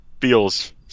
feels